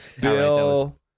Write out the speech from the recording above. bill